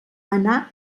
anar